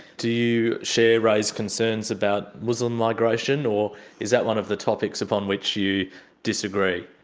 do you share ray's concerns about muslim migration, or is that one of the topics upon which you disagree?